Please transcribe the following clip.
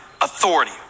authority